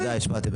תודה רבה.